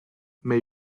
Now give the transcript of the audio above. may